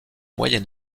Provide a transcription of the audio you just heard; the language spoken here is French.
moyen